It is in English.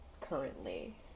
currently